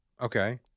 Okay